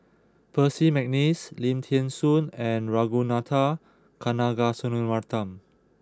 Percy McNeice Lim Thean Soo and Ragunathar Kanagasuntheram